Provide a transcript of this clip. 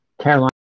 Caroline